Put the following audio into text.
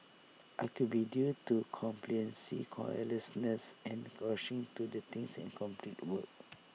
I could be due to complacency carelessness and rushing to do things and complete work